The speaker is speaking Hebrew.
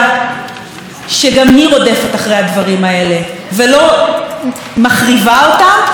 ולא מחריבה אותם וגם לא נמנעת מהם ושותקת אל מולם.